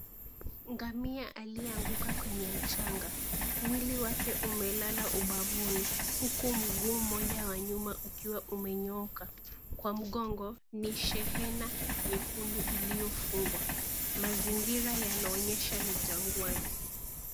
Ngamia aliyeanguka kwenye mchanga. Mwili wake umelala ubavuni, huku mguu mmoja wa nyuma ukiwa umenyooka. Kwa mgongo, ni shehena nyekundu iliyofungwa. Mazingira yanaonyesha ni jangwani.